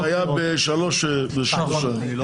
זה היה בשתי מערכות בחירות.